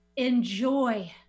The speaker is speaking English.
enjoy